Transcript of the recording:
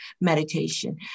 meditation